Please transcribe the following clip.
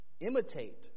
Imitate